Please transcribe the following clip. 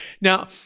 Now